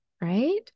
right